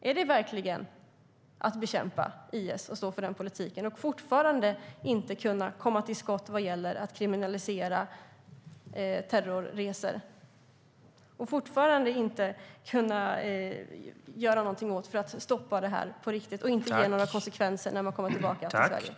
Är det verkligen att bekämpa IS att stå för den politiken, att fortfarande inte kunna komma till skott vad gäller att kriminalisera terrorresor, att fortfarande inte kunna stoppa det här på riktigt och att det inte får några konsekvenser när man kommer tillbaka till Sverige?